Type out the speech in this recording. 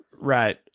right